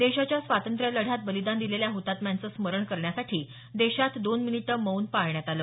देशाच्या स्वातंत्र्यलढ्यात बलिदान दिलेल्या हुतात्म्यांचं स्मरण करण्यासाठी देशात दोन मिनिटं मौन पाळण्यात आलं